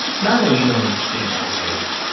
but i know you don't understand our ways.